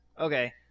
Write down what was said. Okay